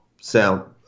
sound